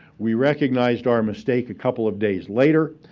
we recognized our mistake a couple of days later,